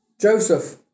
Joseph